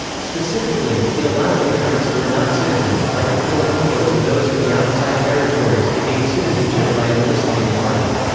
specifically, it allowed immigrants who were not citizens, like the filipinos or those in the outside territories to gain citizenship citizenship by enlisting in the army.